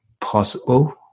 possible